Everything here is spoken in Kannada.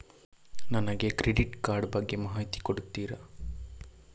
ನನಗೆ ಕ್ರೆಡಿಟ್ ಕಾರ್ಡ್ ಬಗ್ಗೆ ಮಾಹಿತಿ ಕೊಡುತ್ತೀರಾ?